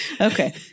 okay